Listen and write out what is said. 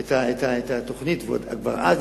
את התוכנית כבר אז,